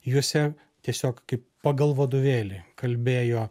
juose tiesiog kaip pagal vadovėlį kalbėjo